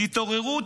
תתעוררו.